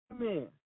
Amen